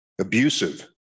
abusive